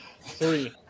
Three